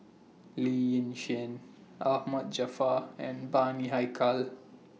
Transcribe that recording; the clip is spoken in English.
Lee Yi Shyan Ahmad Jaafar and Bani Haykal